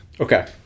Okay